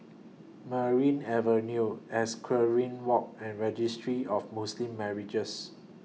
Merryn Avenue Equestrian Walk and Registry of Muslim Marriages